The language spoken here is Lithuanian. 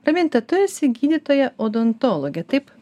raminta tu esi gydytoja odontologė taip